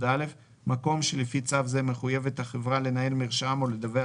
מקום שלפי צו זה מחויבת החברה לנהל מרשם או לדווח